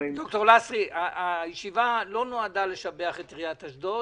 ד"ר לסרי, הישיבה לא נועדה לשבח את עיריית אשדוד.